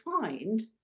find